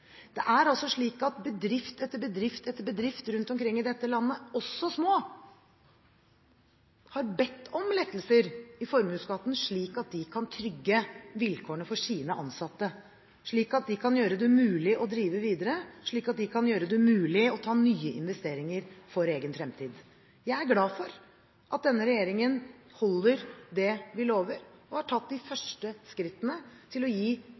det er det dette handler om. Det er altså slik at bedrift etter bedrift etter bedrift rundt omkring i dette landet – også små – har bedt om lettelser i formuesskatten slik at de kan trygge vilkårene for sine ansatte, slik at de kan gjøre det mulig å drive videre, slik at de kan gjøre det mulig å ta nye investeringer for egen fremtid. Jeg er glad for at denne regjeringen holder det den lover og har tatt de første skrittene for å gi